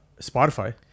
spotify